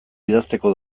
idazteko